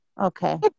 Okay